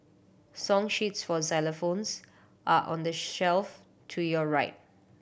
song sheets for xylophones are on the shelf to your right